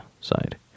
side